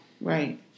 Right